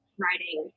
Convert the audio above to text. writing